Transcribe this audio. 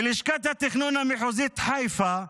בלשכת התכנון המחוזית חיפה,